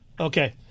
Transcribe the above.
Okay